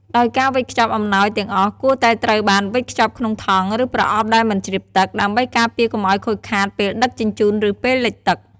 ដោយការវេចខ្ចប់អំណោយទាំងអស់គួរតែត្រូវបានវេចខ្ចប់ក្នុងថង់ ឬប្រអប់ដែលមិនជ្រាបទឹក ដើម្បីការពារកុំឱ្យខូចខាតពេលដឹកជញ្ជូន ឬពេលលិចទឹក។